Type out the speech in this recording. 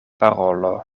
parolo